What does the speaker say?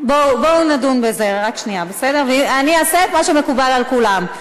בואו נדון בזה, אני אעשה את מה שמקובל על כולם.